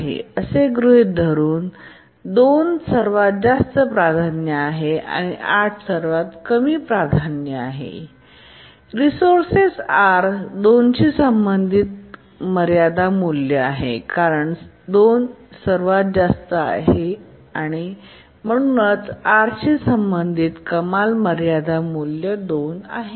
आहे असे गृहीत धरून 2 सर्वात जास्त प्राधान्य आहे आणि 8 सर्वात कमी प्राधान्य आहे रिसोर्सेस R 2 शी संबंधित मर्यादा मूल्य कारण 2 सर्वात जास्त आहे २ आणि म्हणूनच Rशी संबंधित कमाल मर्यादा मूल्य 2 आहे